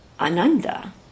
Ananda